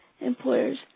employers